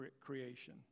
creation